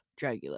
Dragula